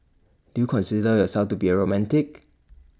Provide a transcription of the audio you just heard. do you consider yourself to be A romantic